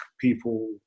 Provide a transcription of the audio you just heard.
people